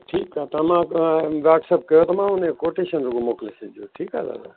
ठीकु आहे त मां वट्सअप कयूं तओ मां उन ते कोटेशन मोकले छॾिजो ठीकु आहे दादा